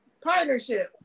partnership